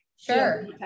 Sure